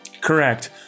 Correct